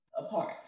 apart